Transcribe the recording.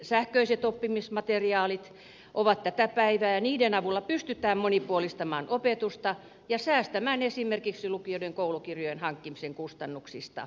sähköiset oppimismateriaalit ovat tätä päivää ja niiden avulla pystytään monipuolistamaan opetusta ja säästämään esimerkiksi lukioiden koulukirjojen hankkimisen kustannuksista